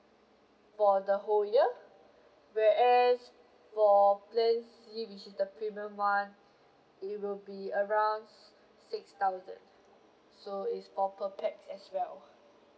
for the whole year whereas for plan C which is the premium one it will be around six thousand so is for per pax as well